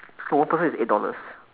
no one person is eight dollars